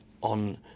on